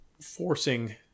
forcing